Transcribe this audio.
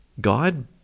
God